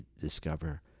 discover